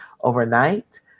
overnight